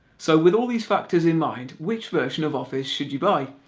so with all these factors in mind, which version of office should you buy?